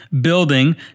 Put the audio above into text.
building